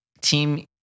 Team